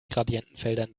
gradientenfeldern